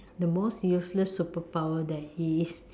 the most useless superpower that is